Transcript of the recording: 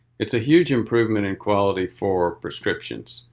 it's a huge improvement in quality for prescriptions,